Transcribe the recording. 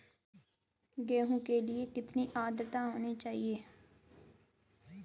गेहूँ के लिए कितनी आद्रता होनी चाहिए?